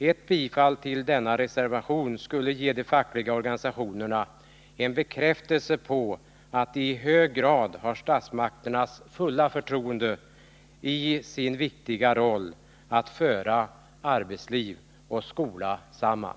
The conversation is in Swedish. Ett bifall till denna reservation skulle ge de fackliga organisationerna en bekräftelse på att de i hög grad har statsmakternas fulla förtroende i sin viktiga roll att föra arbetsliv och skola samman.